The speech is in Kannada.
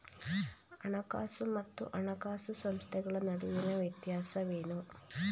ಹಣಕಾಸು ಮತ್ತು ಹಣಕಾಸು ಸಂಸ್ಥೆಗಳ ನಡುವಿನ ವ್ಯತ್ಯಾಸವೇನು?